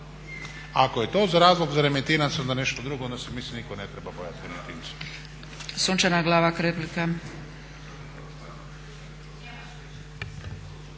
Ako je to razlog za Remetinec onda nešto drugo, ona se mislim nitko ne treba bojati u Remetincu.